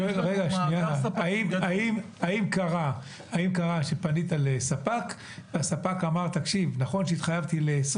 האם קרה שפנית לספק והספק אמר: נכון שהתחייבתי ל-20